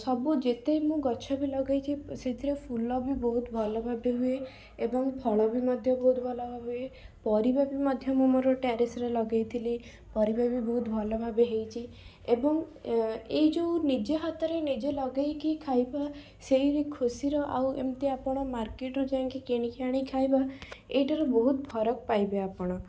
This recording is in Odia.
ସବୁ ଯେତେ ମୁଁ ଗଛବି ଲଗାଇଛି ସେଇଥିରେ ଫୁଲ ବି ବହୁତ ଭଲଭାବେ ହୁଏ ଏବଂ ଫଳ ବି ମଧ୍ୟ ବହୁତ ଭଲଭାବେ ହୁଏ ପରିବା ବି ମୁଁ ମୋର ଟାରେସ୍ ରେ ଲଗାଇଥିଲି ପରିବାବି ବହୁତ ଭଲଭାବେ ହେଇଛି ଏବଂ ଏଇ ଯେଉଁ ନିଜ ହାତରେ ନିଜେ ଲଗାଇକି ଖାଇବା ସେଇ ଖୁସିର ଆଉ ଏମିତି ଆପଣ ମାର୍କେଟରୁ ଯାଇକି କିଣିକି ଆଣି ଖାଇବା ଏଇଟାରୁ ବହୁତ ଫରକ୍ ପାଇବେ ଆପଣ